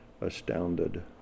astounded